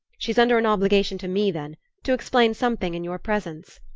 she's under an obligation to me, then to explain something in your presence.